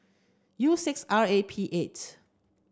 U six R A P eight